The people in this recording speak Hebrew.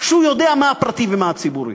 שהוא יודע מה הפרטי ומה הציבורי.